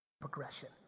progression